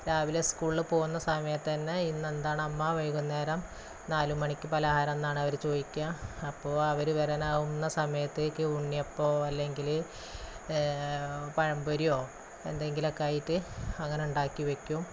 രാവിലെ സ്കൂളില് പോകുന്ന സമയത്ത് തന്നെ ഇന്ന് എന്താണ് അമ്മ വൈകുന്നേരം നാല് മണിക്ക് പലഹാരം എന്നാണ് അവര് ചോദിക്കുക അപ്പോള് അവര് വരാനാവുന്ന സമയത്തേക്ക് ഉണ്ണിയപ്പോ അല്ലെങ്കില് പഴംപൊരിയോ എന്തെങ്കിലും ഒക്കെ ആയിട്ട് അങ്ങനെ ഉണ്ടാക്കി വയ്ക്കും